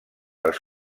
les